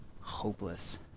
hopeless